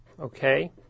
okay